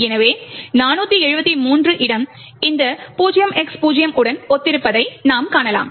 எனவே 473 இடம் இந்த 0X0 உடன் ஒத்திருப்பதை நாம் காணலாம்